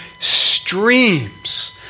streams